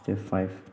step five